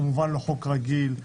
לא במסגרת חוק רגיל.